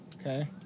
Okay